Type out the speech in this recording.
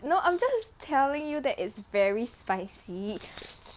no I'm just telling you that it's very spicy